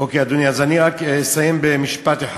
אוקיי, אדוני, אז אני אסיים רק במשפט אחד.